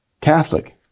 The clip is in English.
Catholic